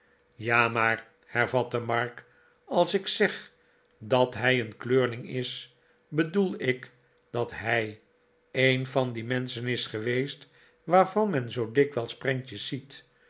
ja maar hervatte mark als ik zeg dat hij een kleurling is bedoel ik dat hij een van die menschen is geweest waarvan men zoo dikwijls prentjes ziet